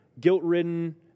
guilt-ridden